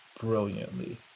brilliantly